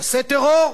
תעשה טרור,